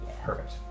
Perfect